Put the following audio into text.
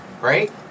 right